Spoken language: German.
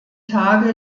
tage